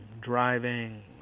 driving